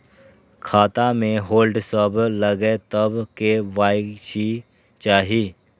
खाता में होल्ड सब लगे तब के.वाई.सी चाहि?